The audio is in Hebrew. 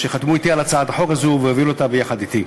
שחתמו אתי על הצעת החוק הזאת והעבירו אותה יחד אתי,